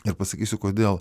ir pasakysiu kodėl